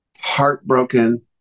heartbroken